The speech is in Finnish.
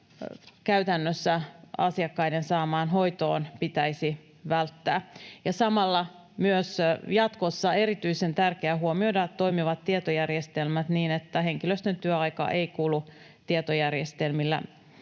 käytännössä asiakkaiden saamaan hoitoon, pitäisi välttää. Samalla myös jatkossa on erityisen tärkeää huomioida toimivat tietojärjestelmät, niin että henkilöstön työaika ei kulu tietojärjestelmillä